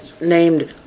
named